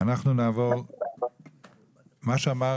מה שאמר